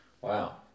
Wow